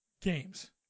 games